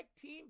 Team